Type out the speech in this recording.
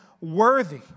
worthy